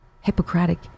Hippocratic